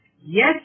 yes